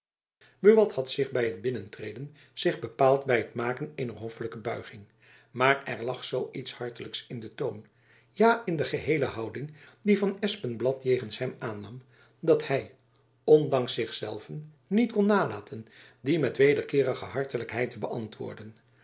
buat had by het binnentreden zich bepaald by het maken eener hoffelijke buiging maar er lag zoo iets hartelijks in den toon ja in de geheele houding die van espenblad jegens hem aannam dat hy ondanks zich zelven niet kon nalaten die met wederkeerige hartelijkheid te beantwoorden